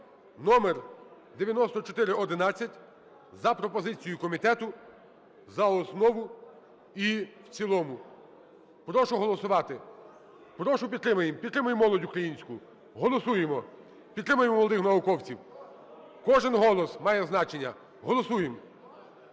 (№ 9411) за пропозицією комітету за основу і в цілому. Прошу голосувати. Прошу, підтримаємо, підтримаємо молодь українську. Голосуємо. Підтримаємо молодих науковців. Кожен голос має значення. Голосуємо.